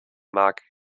mag